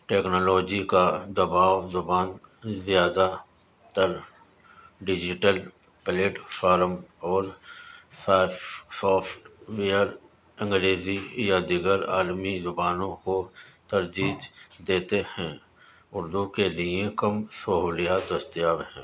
technology کا دباؤ زبان زیادہ تر ڈیجیٹل پلیٹفارم اور سافٹویئر انگریزی یا دیگر عالمی زبانوں کو ترجیح دیتے ہیں اردو کے لیے کم سہولیات دستیاب ہیں